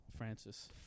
Francis